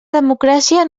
democràcia